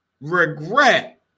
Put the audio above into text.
regret